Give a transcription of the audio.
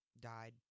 died